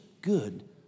good